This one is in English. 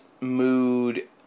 mood